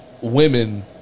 women